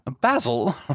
Basil